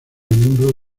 miembro